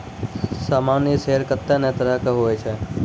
सामान्य शेयर कत्ते ने तरह के हुवै छै